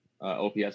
OPS